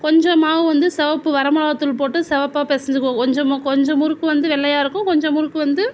கொஞ்சம் மாவு வந்து சிவப்பு வரமிளகாத்தூள் போட்டு செவப்பாக பிசஞ்சிக்குவோம் கொஞ்சமாக கொஞ்சம் முறுக்கு வந்து வெள்ளையாக இருக்கும் கொஞ்சம் முறுக்கு வந்து